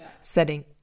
setting